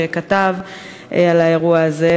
שכתב על האירוע הזה,